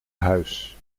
huis